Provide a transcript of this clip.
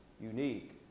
unique